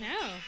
no